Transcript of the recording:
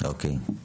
אוקיי, סיימת?